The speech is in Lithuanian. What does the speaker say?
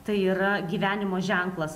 tai yra gyvenimo ženklas